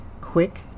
quick